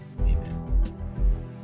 Amen